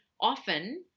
often